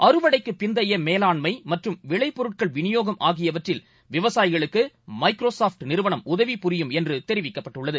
அறுவடைக்குபிந்தையமேலாண்மைமற்றும் விளைப்பொருட்கள் விநியோகம் ஆகியவற்றில் விவசாயிகளுக்குமைக்ரோசாஃப்ட் நிறுவனம் உதவிப்புரியும் என்றுதெரிவிக்கப்பட்டுள்ளது